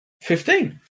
Fifteen